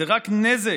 זה רק נזק